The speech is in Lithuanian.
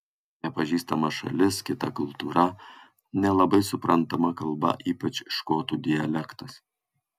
nepažįstama šalis kita kultūra nelabai suprantama kalba ypač škotų dialektas